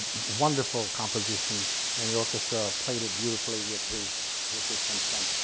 wonderful composition and the orchestra played it beautifully with his with his consent.